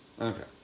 okay